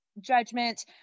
Judgment